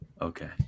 okay